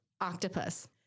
octopus